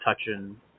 touching